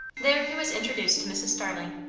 there he was introduced to mrs. starling,